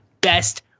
best